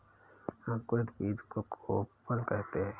अंकुरित बीज को कोपल कहते हैं